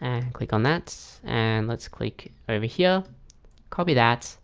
and click on that and let's click over here copy that.